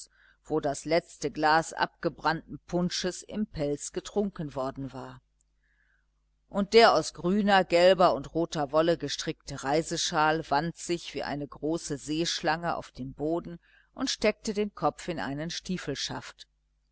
wo das letzte glas abgebrannten punsches im pelz getrunken worden war und der aus grüner gelber und roter wolle gestrickte reiseschal wand sich wie eine große seeschlange auf dem boden und steckte den kopf in einen stiefelschaft